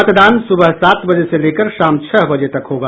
मतदान सुबह सात बजे से लेकर शामब छह बजे तक होगा